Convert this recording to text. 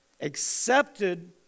accepted